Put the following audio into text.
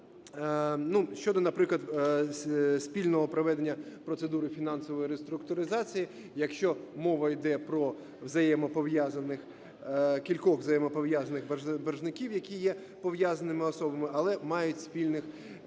щодо, наприклад, спільного проведення процедури фінансової реструктуризації, якщо мова іде про кількох взаємопов'язаних боржників, які є пов'язаними особами, але мають не спільних